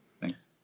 thanks